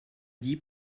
dis